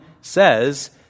says